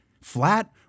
Flat